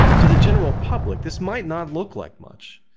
to the general public, this might not look like much,